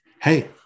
hey